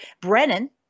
Brennan